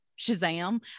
Shazam